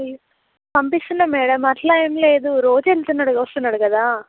పంపిస్తున్న madam అట్లా ఏం లేదు రోజు వెళ్తున్నాడు వస్తున్నాడు గదా